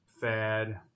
fad